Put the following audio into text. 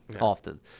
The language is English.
often